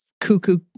Cuckoo